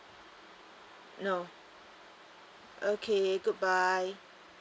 no okay good bye